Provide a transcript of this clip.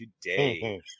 today